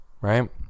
right